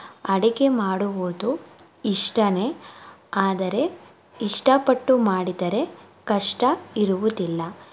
ಅಡುಗೆ ಮಾಡುವುದು ಇಷ್ಟನೇ ಆದರೆ ಇಷ್ಟಪಟ್ಟು ಮಾಡಿದರೆ ಕಷ್ಟ ಇರುವುದಿಲ್ಲ